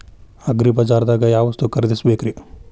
ಅಗ್ರಿಬಜಾರ್ದಾಗ್ ಯಾವ ವಸ್ತು ಖರೇದಿಸಬೇಕ್ರಿ?